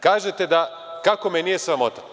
Kažete da kako me nije sramota.